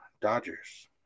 Dodgers